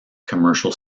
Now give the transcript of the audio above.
commercial